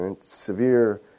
Severe